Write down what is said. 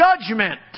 judgment